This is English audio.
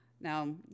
now